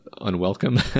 unwelcome